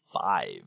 five